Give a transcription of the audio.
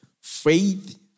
faith